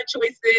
choices